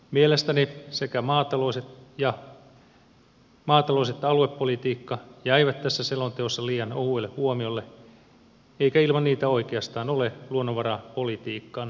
mielestäni sekä maatalous että aluepolitiikka jäivät tässä selonteossa liian ohuelle huomiolle eikä ilman niitä oikeastaan ole luonnonvarapolitiikan eheää kokonaisuutta